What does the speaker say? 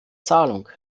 zahlung